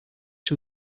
too